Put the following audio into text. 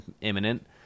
imminent